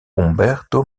umberto